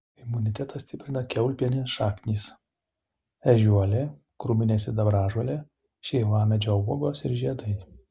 imunitetą stiprina kiaulpienės šaknys ežiuolė krūminė sidabražolė šeivamedžio uogos ir žiedai